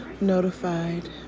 notified